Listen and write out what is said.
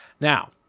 Now